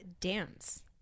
dance